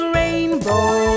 rainbow